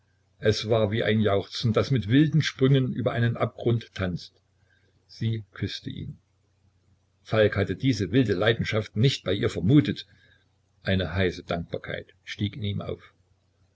es war wie ein jauchzen das mit wilden sprüngen über einem abgrund tanzt sie küßte ihn falk hatte diese wilde leidenschaft nicht bei ihr vermutet eine heiße dankbarkeit stieg in ihm auf